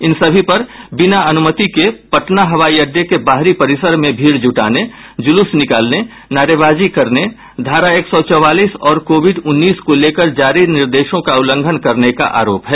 इन सभी पर बिना अनुमति के पटना हवाई अड्डे के बाहरी परिसर में भीड़ जुटाने जुलूस निकालने नारेबाजी करने धारा एक सौ चौवालीस और कोविड उन्नीस को लेकर जारी निर्देशों का उल्लंघन करने का आरोप हैं